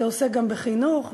שעוסק גם בחינוך,